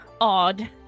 odd